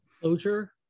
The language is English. closure